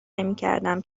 نمیکردم